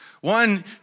One